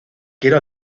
quiero